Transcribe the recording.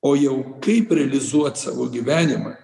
o jau kaip realizuot savo gyvenimą